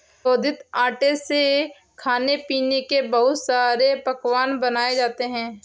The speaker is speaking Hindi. शोधित आटे से खाने पीने के बहुत सारे पकवान बनाये जाते है